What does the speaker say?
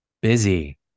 Busy